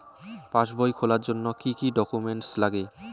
পাসবই খোলার জন্য কি কি ডকুমেন্টস লাগে?